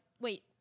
wait